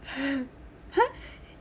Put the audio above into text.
!huh!